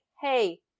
hey